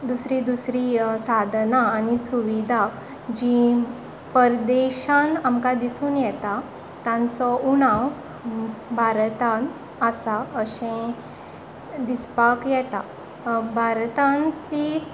दुसरी दुसरी साधना आनी सुविधा जी परदेशांत आमकां दिसून येतात तांचो उणाव भारतांत आसा अशें दिसपाक येता भारतांत ही